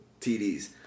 TDs